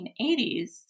1980s